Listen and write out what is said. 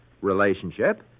relationship